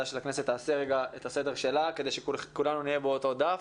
של הכנסת תעשה רגע את הסדר שלה כדי שכולנו נהיה באותו דף,